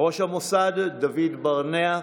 ראש המוסד דוד ברנע,